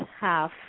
half